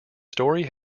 story